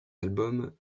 albums